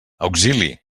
auxili